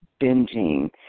binging